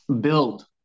Build